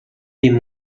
dem